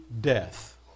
death